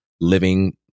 living